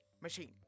machine